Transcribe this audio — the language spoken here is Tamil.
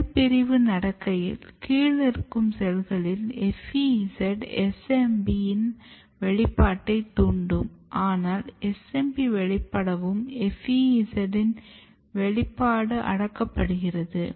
செல் பிரிவு நடக்கையில் கீழ் இருக்கும் செல்களில் FEZ SMB யின் வெளிப்பாட்டை தூண்டும் ஆனால் SMB வெளிப்படவும் FEZ யின் வெளிப்பாடு அடக்கப்படுகிறது